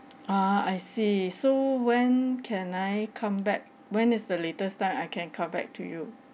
ah I see so when can I come back when is the latest time I can come back to you